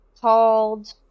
called